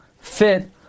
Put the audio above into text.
fit